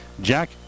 Jack